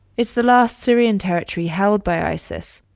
it's the last syrian territory held by isis.